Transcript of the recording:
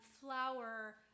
flour